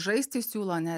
žaisti siūlo ne